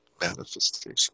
manifestation